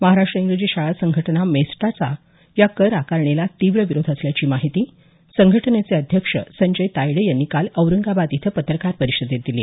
महाराष्ट्र इंग्रजी शाळा संघटना मेस्टाचा या कर आकारणीला तीव्र विरोध असल्याची माहिती संघटनेचे अध्यक्ष संजय तायडे यांनी काल औरंगाबाद इथं पत्रकार परिषदेत दिली